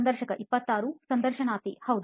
ಸಂದರ್ಶಕ26 ಸಂದರ್ಶನಾರ್ಥಿಹೌದು